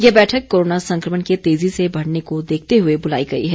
यह बैठक कोरोना संक्रमण के तेजी से बढ़ने को देखते हुए बुलाई गई है